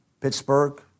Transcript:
Pittsburgh